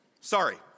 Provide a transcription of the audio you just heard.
Sorry